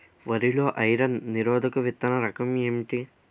వరి లో ఐరన్ నిరోధక విత్తన రకం ఏంటి?